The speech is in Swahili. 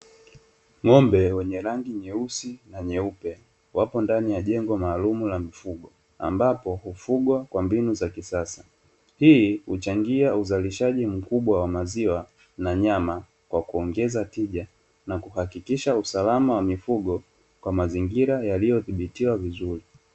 Ng'ombe wenye rangi nyeusi na nyeupe wapo ndani ya jengo maalumu la mifugo, ambapo hufugwa kwa mbinu za kisasa, hii huchangia uzalishaji mkubwa wa maziwa na nyama kwa kuongeza tija na kuhakikisha usalama wa mifugo kwa mazingira yaliyodhibitiwa vizuri.